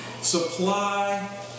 supply